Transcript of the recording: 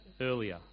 earlier